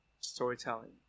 storytelling